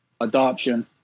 adoption